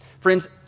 Friends